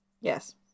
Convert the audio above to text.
Yes